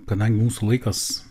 kadangi mūsų laikas